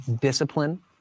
discipline